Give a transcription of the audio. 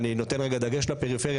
אני נותן רגע דגש לפריפריה,